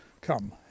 come